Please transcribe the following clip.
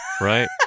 Right